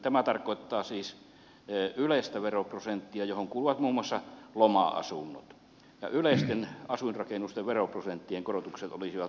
tämä tarkoittaa siis yleistä veroprosenttia johon kuuluvat muun muassa loma asunnot ja yleisten asuinrakennusten veroprosenttien korotukset olisivat pienemmät